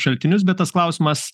šaltinius bet tas klausimas